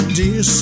dear